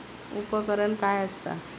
उपकरण काय असता?